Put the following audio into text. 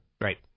Right